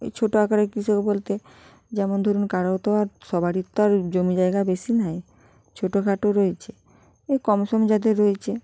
ওই ছোটো আকারের কৃষক বলতে যেমন ধরুন কারো তো আর সবারির তো আর জমি জায়গা বেশি নাই ছোটো খাটো রয়েছে এই কমসম যাদের রয়েছে